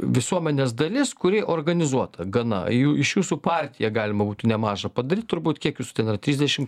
visuomenės dalis kuri organizuota gana jų iš jūsų partiją galima būtų nemažą padaryt turbūt kiek jūsų ten yra trisdešim